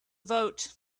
vote